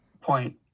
point